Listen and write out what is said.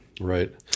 Right